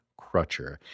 Crutcher